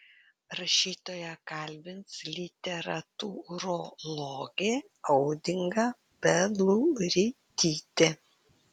rašytoją kalbins literatūrologė audinga peluritytė